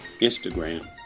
Instagram